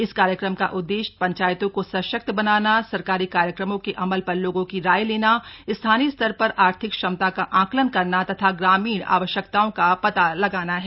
इस कार्यक्रम का उद्देश्य पंचायतों को सशक्त बनाना सरकारी कार्यक्रमों के अमल पर लोगों की राय लेना स्थानीय स्तर पर आर्थिक क्षमता का आकलन करना तथा ग्रामीण आवश्यकताओं का पता लगाना है